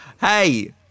hey